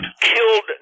killed